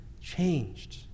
changed